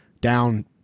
down